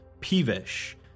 peevish